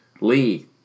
Lee